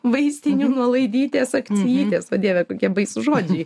vaistinių nuolaidytės akcijytės o dieve kokie baisūs žodžiai